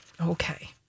Okay